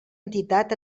entitat